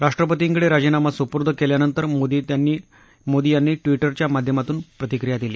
राष्ट्रपर्तीकडे राजीनामा सुपूर्द केल्यानंतर मोदी यांनी ट्विटरच्या माध्यमातून प्रतिक्रिया दिली